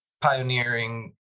pioneering